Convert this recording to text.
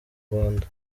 rwanda